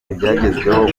ibyagezweho